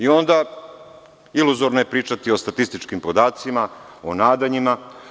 Onda je iluzorno pričati o statističkim podacima, o nadanjima.